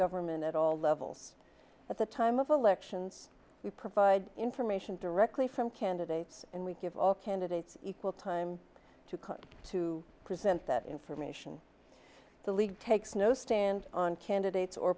government at all levels at the time of elections we provide information directly from candidates and we give all candidates equal time to cut to present that information the league takes no stand on candidates or